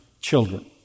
children